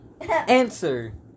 Answer